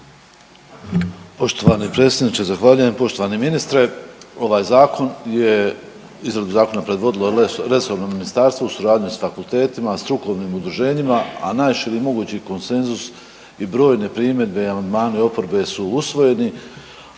Poštovani predsjedniče zahvaljujem. Poštovani ministre ovaj zakon je, izradu zakona je predvodilo resorno ministarstvo u suradnji s fakultetima, strukovnim udruženjima, a najširi mogući konsenzus i brojne primjedbe i amandmani oporbe su usvojeni